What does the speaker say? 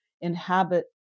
inhabit